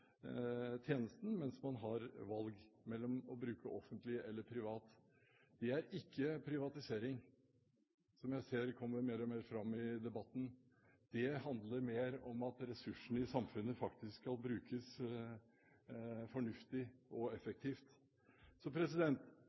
tjenesten, mens man har valg mellom å bruke offentlige eller private. Det er ikke privatisering, som jeg ser kommer mer og mer fram i debatten. Det handler mer om at ressursene i samfunnet faktisk skal brukes fornuftig og effektivt.